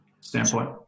standpoint